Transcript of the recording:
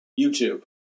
YouTube